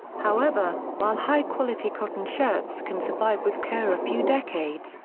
however, while high quality cotton shirts can survive with care a few decades,